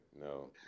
no